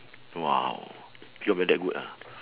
!wow! hear got that good ah